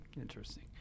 Interesting